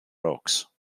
rocks